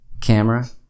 Camera